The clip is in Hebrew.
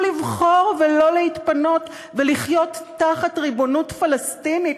לבחור שלא להתפנות ולחיות תחת ריבונות פלסטינית,